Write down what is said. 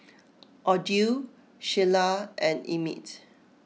Odile Sheila and Emit